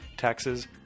taxes